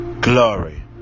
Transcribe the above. glory